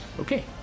Okay